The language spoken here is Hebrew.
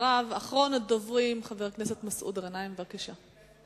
אחרון הדוברים, חבר הכנסת מסעוד גנאים, בבקשה.